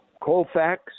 Colfax